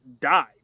died